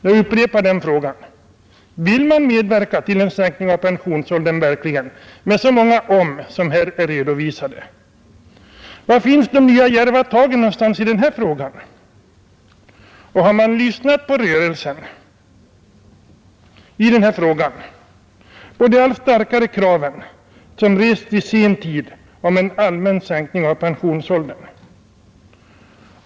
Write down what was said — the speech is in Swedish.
Jag upprepar den frågan: Vill man verkligen medverka till en sänkning av pensionsåldern med så många om som här är redovisade? Var finns de nya djärva tagen i denna fråga? Har man lyssnat på rörelsen och på de allt starkare krav som i sen tid rests om en allmän sänkning av pensionsåldern?